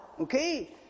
Okay